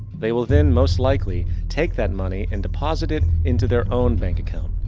they will then most likely take that money and deposit it into their own bank account.